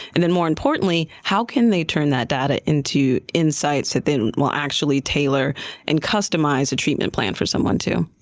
and then more importantly, how can they turn that data into insights that then will actually tailor and customize a treatment plan for someone? erickson